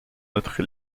outre